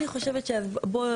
אני חושבת שבוא,